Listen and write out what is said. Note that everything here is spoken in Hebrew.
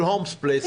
של "הולמס פלייס",